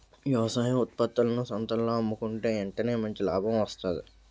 వ్యవసాయ ఉత్త్పత్తులను సంతల్లో అమ్ముకుంటే ఎంటనే మంచి లాభం వస్తాది